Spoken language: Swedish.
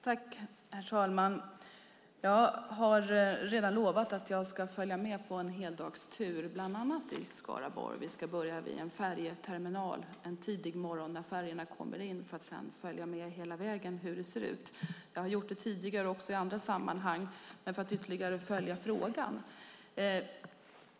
Herr talman! Jag har redan lovat att följa med på en heldagstur, bland annat i Skaraborg. Vi ska börja vid en färjeterminal en tidig morgon när färjorna kommer in för att sedan följa med hela vägen och se hur det ser ut. Jag har också gjort det tidigare i andra sammanhang, men jag vill följa frågan ytterligare.